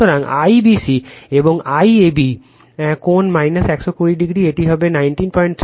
সুতরাং IBC হবে IAB কোণ 120o এটি হবে 1936